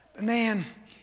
Man